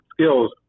skills